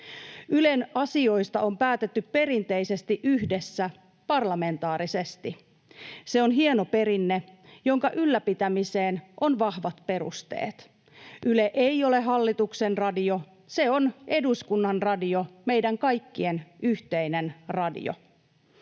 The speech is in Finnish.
Ylen asioista on päätetty perinteisesti yhdessä, parlamentaarisesti. Se on hieno perinne, jonka ylläpitämiseen on vahvat perusteet. Yle ei ole hallituksen radio, se on eduskunnan radio, meidän kaikkien yhteinen radio.